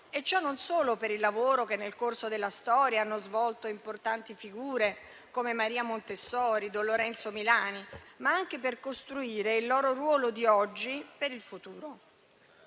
e ciò non solo per il lavoro che nel corso della storia hanno svolto importanti figure come Maria Montessori e don Lorenzo Milani, ma anche per costruire il loro ruolo di oggi per il futuro.